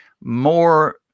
more